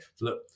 Look